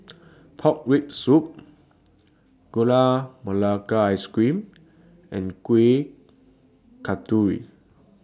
Pork Rib Soup Gula Melaka Ice Cream and Kuih Kasturi